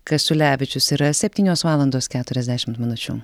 kasiulevičius yra septynios valandos keturiasdešimt minučių